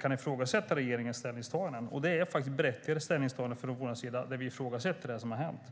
kan ifrågasätta regeringens ställningstaganden, och det här är ett ställningstagande som vi ifrågasätter från oppositionens sida.